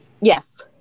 Yes